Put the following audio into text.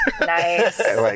Nice